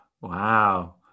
Wow